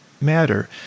matter